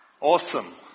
Awesome